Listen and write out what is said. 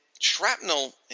Shrapnel